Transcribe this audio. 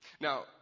Now